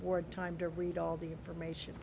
board time to read all the information